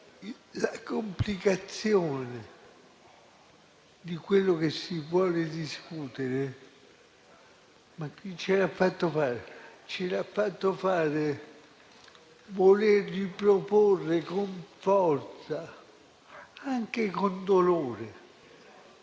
la complicatezza di quello che si vuole discutere, chi ce l'ha fatto fare? Ce l'ha fatto fare il voler riproporre con forza, anche con dolore,